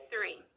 three